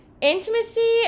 Intimacy